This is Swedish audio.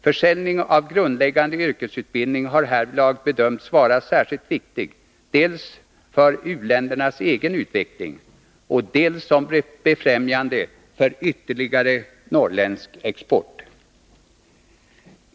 Försäljning av grundläggande yrkesutbildning har härvidlag bedömts vara särskilt viktig dels för u-ländernas egen utveckling, dels som befrämjande för ytterligare norrländsk export.